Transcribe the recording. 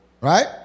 Right